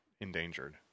endangered